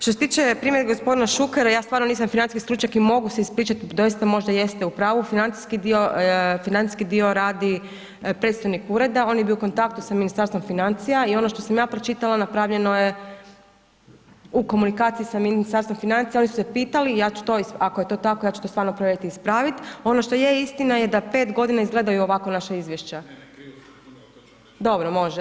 Što se tiče primjedbi g. Šukera, ja stvarno nisam financijski stručnjak i mogu se ispričat, doista možda jeste u pravu, financijski dio radi predstavnik ureda, on je bio u kontaktu sa Ministarstvom financija i ono što sam ja pročitala napravljeno je u komunikaciji sa Ministarstvom financija, oni su se pitali, ja ću to, ako je to tako, ja ću to stvarno probati ispravit, ono što je istina je da 5.g. izgledaju ovako naša izvješća … [[Upadica Šukera se ne čuje]] Dobro, može.